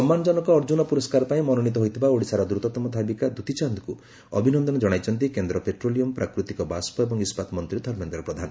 ସମ୍ମାନଜନକ ଅର୍ଜ୍ଜୁନ ପୁରସ୍କାର ପାଇଁ ମନୋନୀତ ହୋଇଥିବା ଓଡ଼ିଶାର ଦ୍ରତତମ ଧାବିକା ଦୂତୀଚାନ୍ଦଙ୍କୁ ଅଭିନନ୍ଦନ ଜଣାଇଛନ୍ତି କେନ୍ଦ୍ର ପେଟ୍ରୋଲିୟମ ପ୍ରାକୃତିକ ବାଷ୍ପ ଏବଂ ଇସ୍କାତ ମନ୍ତ୍ରୀ ଧର୍ମେନ୍ଦ୍ର ପ୍ରଧାନ